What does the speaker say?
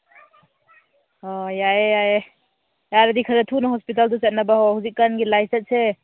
ꯑꯣ ꯌꯥꯏꯌꯦ ꯌꯥꯏꯌꯦ ꯌꯥꯔꯗꯤ ꯈꯔ ꯊꯨꯅ ꯍꯣꯁꯄꯤꯇꯥꯜꯗ ꯆꯠꯅꯕ ꯍꯧꯖꯤꯛꯀꯥꯟꯒꯤ ꯂꯥꯏꯆꯠꯁꯦ